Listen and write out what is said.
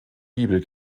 bibel